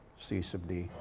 c sub b.